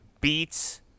beats